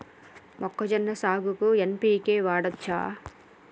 మొక్కజొన్న సాగుకు ఎన్.పి.కే వాడచ్చా?